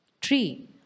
Tree